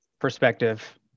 perspective